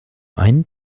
ein